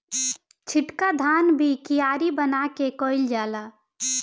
छिटका धान भी कियारी बना के कईल जाला